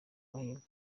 mahirwe